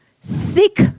seek